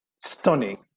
stunning